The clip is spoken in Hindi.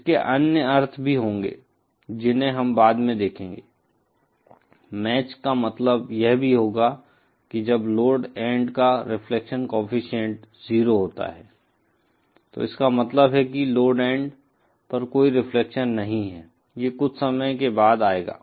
इसके अन्य अर्थ भी होंगे जिन्हें हम बाद में देखेंगे मैच का मतलब यह भी होगा कि जब लोड एंड का रिफ्लेक्शन कोएफ़िशिएंट 0 होता है तो इसका मतलब है कि लोड एंड पर कोई रिफ्लेक्शन नहीं है ये कुछ समय के बाद आएगा